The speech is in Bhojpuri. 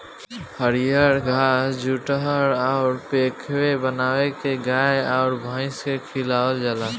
हरिअर घास जुठहर अउर पखेव बाना के गाय अउर भइस के खियावल जाला